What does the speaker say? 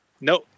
no